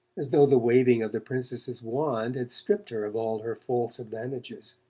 as though the waving of the princess's wand had stripped her of all her false advantages.